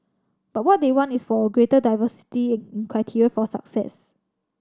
but what they want is for a greater diversity in criteria for success